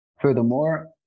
Furthermore